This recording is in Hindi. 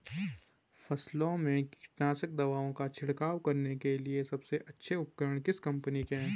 फसलों में कीटनाशक दवाओं का छिड़काव करने के लिए सबसे अच्छे उपकरण किस कंपनी के हैं?